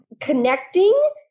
connecting